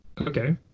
Okay